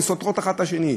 וסותרות האחת את השנייה.